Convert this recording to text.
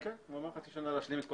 לא לבטל את סך כל